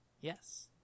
yes